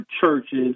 churches